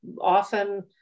Often